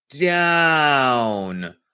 down